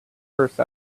purse